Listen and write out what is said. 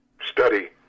study